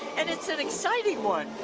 and it's an exciting one.